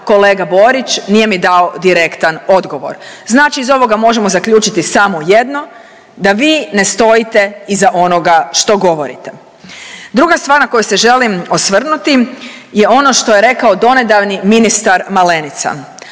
kolega Borić nije mi dao direktan odgovor. Znači iz ovoga možemo zaključiti samo jedno da vi ne stojite iza onoga što govorite. Druga stvar na koju se želim osvrnuti je ono što je rekao donedavni ministar Malenica.